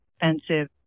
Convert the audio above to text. expensive